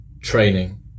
training